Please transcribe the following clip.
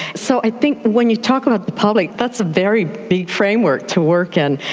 so i think when you talk about the public, that's a very big framework to work in.